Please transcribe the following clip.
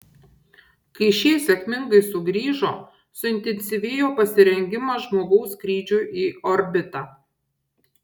kai šie sėkmingai sugrįžo suintensyvėjo pasirengimas žmogaus skrydžiui į orbitą